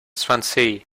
swansea